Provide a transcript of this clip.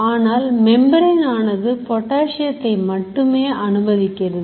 ஆனால் மெம்பரேன் ஆனது பொட்டாசியத்தை மட்டுமே அனுமதிக்கிறது